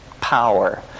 power